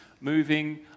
moving